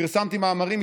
פרסמתי מאמרים.